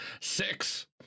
Six